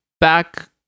back